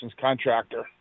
contractor